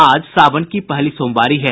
आज सावन की पहली सोमवारी है